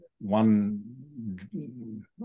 one